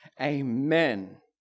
Amen